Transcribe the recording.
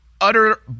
utter